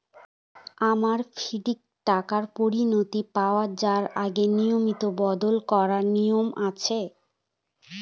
আমার ফিক্সড টাকা পরিনতি পাওয়ার আগে নমিনি বদল করার নিয়ম আছে?